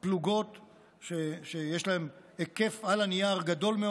פלוגות עם היקף גדול מאוד